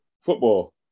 football